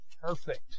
perfect